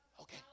Okay